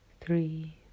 three